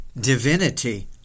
divinity